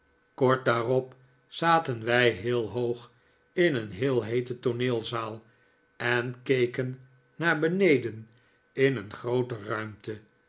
kort daarop zaten wij heel hoog in een heel heete tooneelzaal en keken naar beneden in een groote ruinate